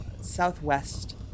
southwest